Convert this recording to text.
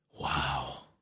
Wow